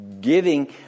giving